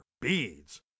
beads